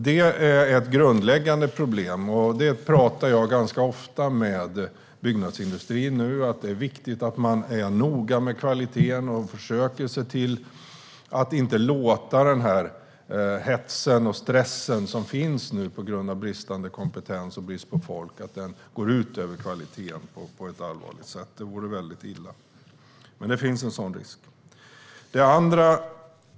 Det är ett grundläggande problem, och jag talar ofta med byggnadsindustrin om att det är viktigt att man är noga med kvaliteten och försöker se till att man inte låter hets och stress på grund av bristande kompetens och brist på folk gå ut över kvaliteten på ett allvarligt sätt, för det vore illa. Men risken finns.